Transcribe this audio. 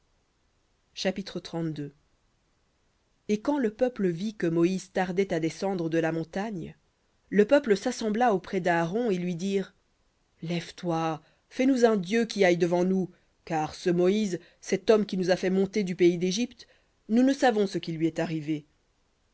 chapitre et quand le peuple vit que moïse tardait à descendre de la montagne le peuple s'assembla auprès d'aaron et ils lui dirent lève-toi fais-nous un dieu qui aille devant nous car ce moïse cet homme qui nous a fait monter du pays d'égypte nous ne savons ce qui lui est arrivé